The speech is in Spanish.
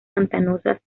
pantanosas